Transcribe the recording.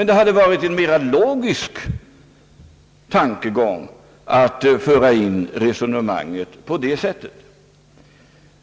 Det hade varit en mera logisk tankegång att föra resonemanget på det sättet.